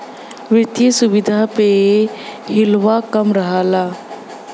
वित्तिय सुविधा प हिलवा कम रहल